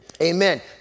Amen